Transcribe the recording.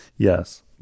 Yes